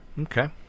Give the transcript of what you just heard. Okay